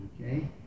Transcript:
okay